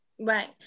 Right